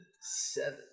Seven